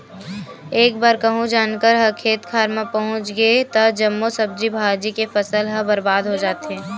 एक बार कहूँ जानवर ह खेत खार मे पहुच गे त जम्मो सब्जी भाजी के फसल ह बरबाद हो जाथे